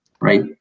right